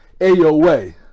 AOA